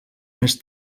més